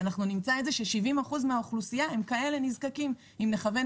70% מהאוכלוסייה יהיו נזקקים אם נכוון